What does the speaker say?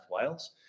wales